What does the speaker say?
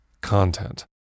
content